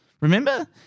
Remember